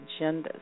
agendas